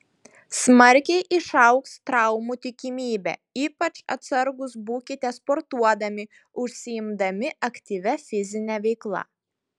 smarkiai išaugs traumų tikimybė ypač atsargūs būkite sportuodami užsiimdami aktyvia fizine veikla